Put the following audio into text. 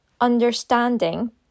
understanding